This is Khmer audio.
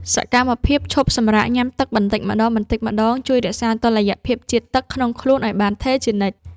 សកម្មភាពឈប់សម្រាកញ៉ាំទឹកបន្តិចម្ដងៗ ជួយរក្សាតុល្យភាពជាតិទឹកក្នុងខ្លួនឱ្យបានថេរជានិច្ច។